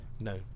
No